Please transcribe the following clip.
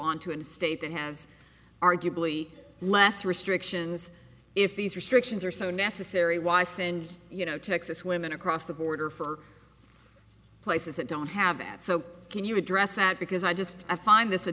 onto a state that has arguably less restrictions if these restrictions are so necessary why send you know texas women across the border for places that don't have that so can you address that because i just i find this a